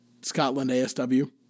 ScotlandASW